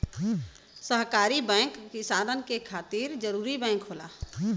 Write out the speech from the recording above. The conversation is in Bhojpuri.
सहकारी बैंक किसानन के खातिर जरूरी बैंक होला